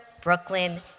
Brooklyn